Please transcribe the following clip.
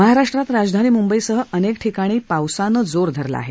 महाराष्ट्रात राजधानी मुंबईसह अनेक ठिकाणी पावसानं जोर धरला आहे